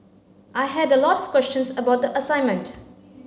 I had a lot of questions about the assignment